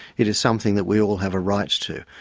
it is something that we all have a right to.